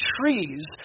trees